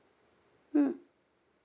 mm